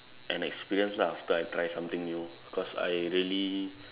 an experience lah after I try something new cause I really